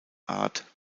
art